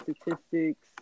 statistics